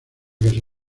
casi